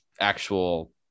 actual